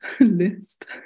list